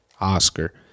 Oscar